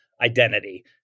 identity